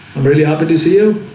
i'm really happy to see you